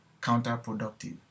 counterproductive